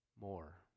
more